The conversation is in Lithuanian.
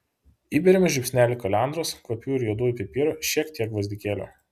įberiame žiupsnelį kalendros kvapiųjų ir juodųjų pipirų šiek tiek gvazdikėlių